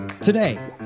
Today